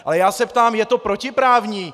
Ale já se ptám je to protiprávní?